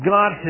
God